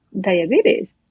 diabetes